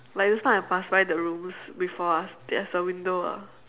like just now I pass by the rooms before us they have a window ah